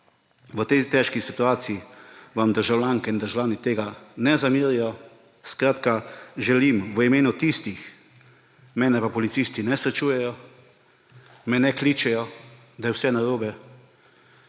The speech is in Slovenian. V tej težki situaciji vam državljanke in državljani tega ne zamerijo. Skratka, želim v imenu tistih – mene pa policisti ne srečujejo, me ne kličejo, da je vse narobe.